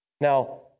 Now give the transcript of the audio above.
Now